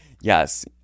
yes